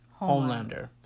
Homelander